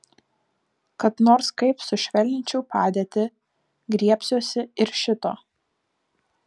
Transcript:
kad nors kaip sušvelninčiau padėtį griebsiuosi ir šito